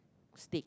steak